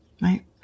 right